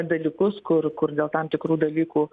dalykus kur kur dėl tam tikrų dalykų